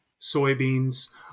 soybeans